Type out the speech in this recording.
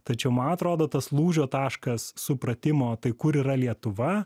tačiau man atrodo tas lūžio taškas supratimo tai kur yra lietuva